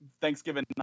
Thanksgiving